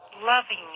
loving